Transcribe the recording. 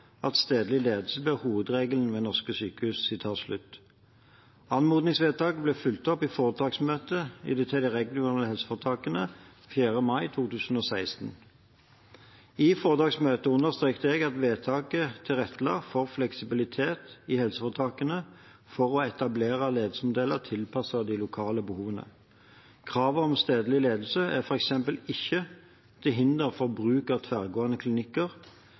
at stedlig ledelse blir hovedregelen ved norske sykehus.» Anmodningsvedtaket ble fulgt opp i foretaksmøtet til de regionale helseforetakene 4. mai 2016. I foretaksmøtet understreket jeg at vedtaket tilrettela for fleksibilitet i helseforetakene til å etablere ledelsesmodeller tilpasset de lokale behovene. Kravet om stedlig ledelse er f.eks. ikke til hinder for bruk av tverrgående klinikker,